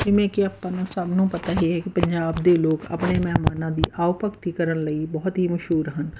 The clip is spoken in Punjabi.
ਜਿਵੇਂ ਕਿ ਆਪਾਂ ਨੂੰ ਸਭ ਨੂੰ ਪਤਾ ਹੀ ਹੈ ਕਿ ਪੰਜਾਬ ਦੇ ਲੋਕ ਆਪਣੇ ਮਹਿਮਾਨਾਂ ਦੀ ਆਓ ਭਗਤੀ ਕਰਨ ਲਈ ਬਹੁਤ ਹੀ ਮਸ਼ਹੂਰ ਹਨ